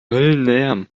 höllenlärm